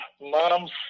Mom's